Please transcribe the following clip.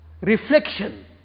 reflection